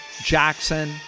Jackson